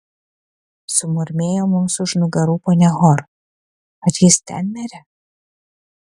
sumurmėjo mums už nugarų ponia hor ar jis ten mere